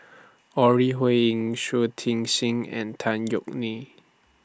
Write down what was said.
Ore Huiying Shui Tit Sing and Tan Yeok Nee